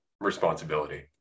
responsibility